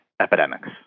epidemics